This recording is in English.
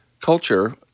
Culture